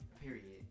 period